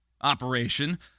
operation